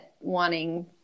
wanting